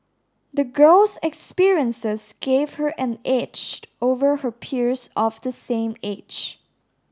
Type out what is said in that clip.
the girl's experiences gave her an edge over her peers of the same age